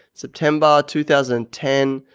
september two thousand and ten,